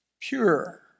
Pure